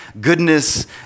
goodness